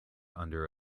under